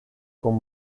con